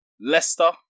Leicester